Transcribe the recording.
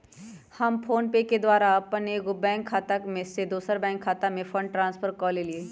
हम फोनपे के द्वारा अप्पन एगो बैंक खता से दोसर बैंक खता में फंड ट्रांसफर क लेइले